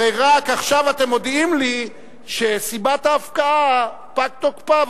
הרי רק עכשיו אתם מודיעים לי שסיבת ההפקעה פג תוקפה,